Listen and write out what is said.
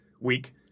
week